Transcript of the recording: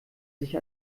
sich